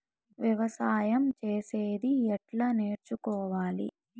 వ్యవసాయం చేసేది ఎట్లా నేర్చుకోవాలి?